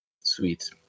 Sweet